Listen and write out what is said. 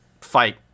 fight